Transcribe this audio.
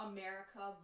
America